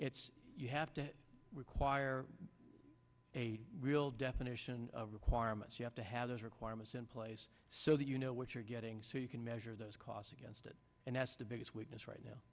it's you have to require a real definition of requirements you have to have those requirements in place so that you know what you're getting so you can measure those costs against it and that's the biggest weakness right now